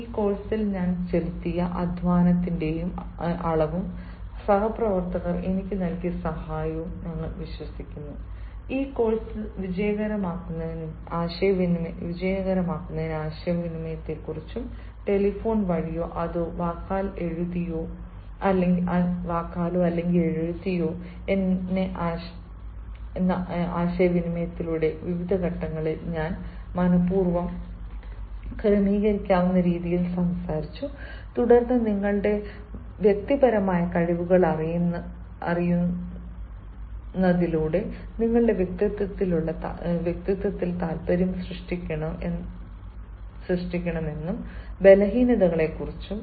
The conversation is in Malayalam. കാരണം ഈ കോഴ്സിൽ ഞാൻ ചെലുത്തിയ അധ്വാനത്തിന്റെ അളവും സഹപ്രവർത്തകർ എനിക്ക് നൽകിയ സഹായവും നമ്മൾ വിശ്വസിക്കുന്നു ഈ കോഴ്സ് വിജയകരമാക്കുന്നതിന് ആശയവിനിമയത്തെക്കുറിച്ചും ടെലിഫോൺ വഴിയാണോ അതോ വാക്കാൽ എഴുതിയതാണോ എന്ന ആശയവിനിമയത്തിന്റെ വിവിധ ഘട്ടങ്ങളിൽ ഞാൻ മന ib പൂർവ്വം ക്രമീകരിക്കാവുന്ന രീതിയിൽ സംസാരിച്ചു തുടർന്ന് നിങ്ങളുടെ വ്യക്തിപരമായ കഴിവുകൾ അറിയുന്നതിലൂടെ നിങ്ങളുടെ വ്യക്തിത്വത്തിൽ താൽപ്പര്യം സൃഷ്ടിക്കണോ എന്ന് ബലഹീനതകളും